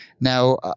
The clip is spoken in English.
now